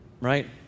Right